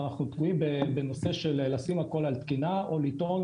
ואנחנו תלויים בנושא של לשים הכול על תקינה או לטעון